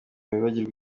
bibagirwa